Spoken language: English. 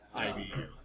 IBU